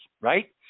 right